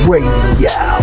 Radio